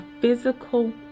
physical